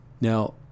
now